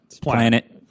Planet